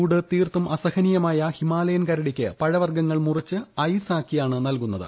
ചൂട് തീർത്തും അസഹനീയമായ ഹിമാലയൻ കരടിക്ക് പഴവർഗ്ഗങ്ങൾ മുറിച്ച് ഐസാക്കിയാണ് നൽകൂന്നത്